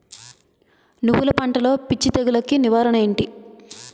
నువ్వులు పంటలో పిచ్చి తెగులకి నివారణ ఏంటి?